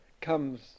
comes